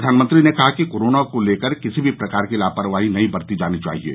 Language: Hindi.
प्रधानमंत्री ने कहा कि कोरोना को लेकर किसी भी प्रकार की लापरवही नहीं बरती जानी चाहिये